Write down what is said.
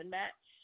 match